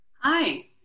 Hi